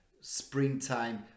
springtime